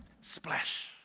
Splash